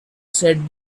said